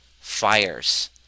fires